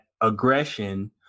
aggression